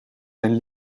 zijn